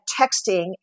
texting